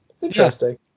interesting